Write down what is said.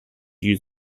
use